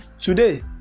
today